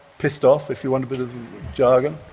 pissed off, if you want a bit of jargon.